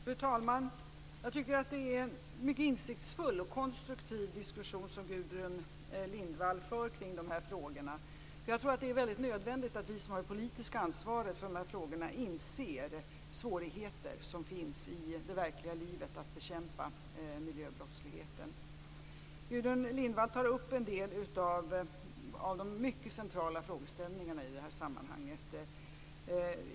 Fru talman! Jag tycker att det är en mycket insiktsfull och konstruktiv diskussion som Gudrun Lindvall för kring de här frågorna. Jag tror att det är nödvändigt att vi som har det politiska ansvaret för dessa frågor inser de svårigheter som finns i det verkliga livet när det gäller att bekämpa miljöbrottsligheten. Gudrun Lindvall tar upp en del av de mycket centrala frågeställningarna i det här sammanhanget.